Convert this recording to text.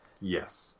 Yes